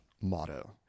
motto